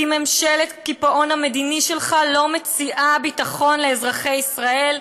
כי ממשלת הקיפאון המדיני שלך לא מציעה ביטחון לאזרחי ישראל,